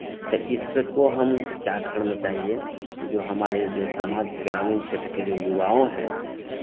तो इसको हम क्या करना चाहिए जो हमारे जो समाज के ग्रामीण क्षेत्र के जो युवाओं हैं